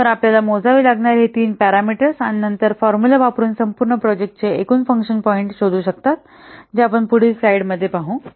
तर आपल्याला मोजावे लागणारे हे तीन पॅरामीटर्स आणि नंतर आपण फॉर्मुला वापरून संपूर्ण प्रोजेक्टचे एकूण फंकशन पॉईंट शोधू शकता जे आपण पुढील स्लाइडमध्ये पाहू